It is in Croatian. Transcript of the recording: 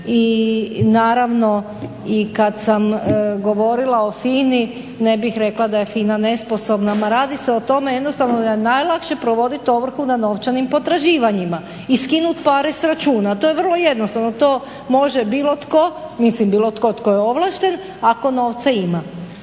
I kada sam govorila o FINA-i ne bih rekla da je FINA nesposobna. Ma radi se o tome jednostavno da je najlakše provoditi ovrhu na novčanim potraživanjima i skinuti pare sa računa. To je vrlo jednostavno, to može bilo tko. Mislim bilo tko, tko je ovlašten ako novce ima.